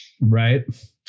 Right